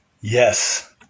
Yes